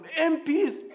MPs